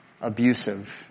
abusive